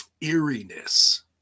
eeriness